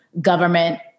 government